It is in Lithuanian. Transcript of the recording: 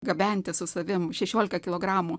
gabenti su savimi šešiolika kilogramų